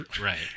right